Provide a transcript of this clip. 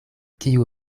kiu